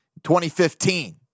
2015